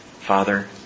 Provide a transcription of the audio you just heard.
Father